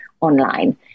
online